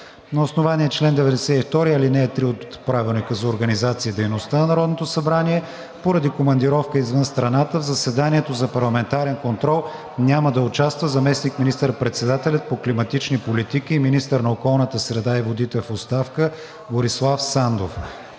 На основание чл. 92, ал. 3 от Правилника за организацията и дейността на Народното събрание поради командировка извън страната в заседанието за парламентарен контрол няма да участва заместник министър-председателят по климатични политики и министър на околната среда и водите в оставка Борислав Сандов.